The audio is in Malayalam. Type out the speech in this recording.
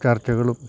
ചർച്ചകളും